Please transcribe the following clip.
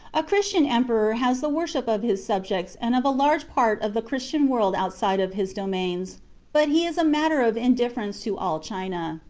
a christian emperor has the worship of his subjects and of a large part of the christian world outside of his domains but he is a matter of indifference to all china.